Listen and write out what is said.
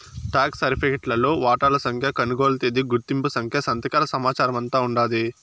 stock సరిఫికెట్లో వాటాల సంఖ్య, కొనుగోలు తేదీ, గుర్తింపు సంఖ్య, సంతకాల సమాచారమంతా ఉండాది